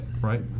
right